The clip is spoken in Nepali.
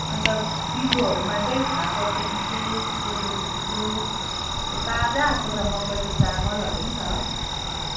अनि त पिठोहरूमा चाहिँ फापरको पिठो कोदोको पिठो यो ताजा आएको छ मकैको चामलहरू पनि छ